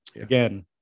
Again